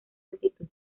altitud